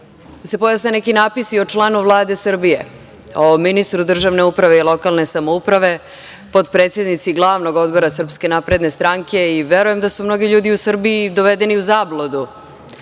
pojasne neki napisi o članu Vlade Srbije, o ministru Državne uprave i lokalne samouprave, potpredsednici Glavnog odbora Srpske napredne stranke i verujem da su mnogi ljudi u Srbiji dovedeni z zabludu.